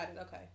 Okay